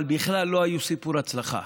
אבל בכלל לא היו סיפורי הצלחה.